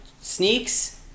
Sneaks